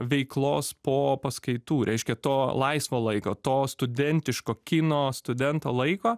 veiklos po paskaitų reiškia to laisvo laiko to studentiško kino studento laiko